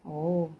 oh